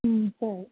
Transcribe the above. ம் சரி